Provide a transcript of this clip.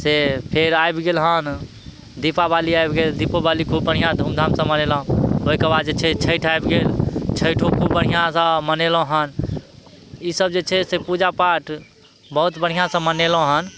से फेर आबि गेल हन दीपावली आबि गेल दीपोबाली खूब बढ़िऑं धूमधामसँ मनेलहुॅं ओहिके बाद जे छै छठि आबि गेल छइठो खूब बढ़िऑंसँ मनेलहू हन ई सब जे छै से पूजा पाठ बहुत बढ़िऑं सऽ मनेलहुॅं हन